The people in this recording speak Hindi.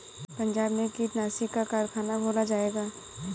पंजाब में कीटनाशी का कारख़ाना खोला जाएगा